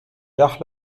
dach